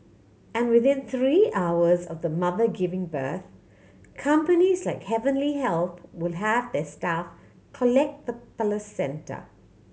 and within three hours of the mother giving birth companies like Heavenly Health will have their staff collect the placenta